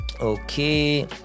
Okay